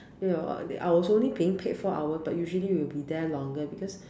ya that I was only being paid four hours but usually we'll be there longer because